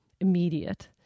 immediate